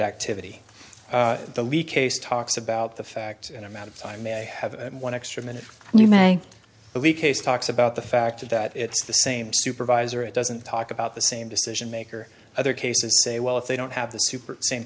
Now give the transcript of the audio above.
activity the leak case talks about the fact in amount of time i have one extra minute and you may believe case talks about the fact that it's the same supervisor it doesn't talk about the same decision maker other cases say well if they don't have the super same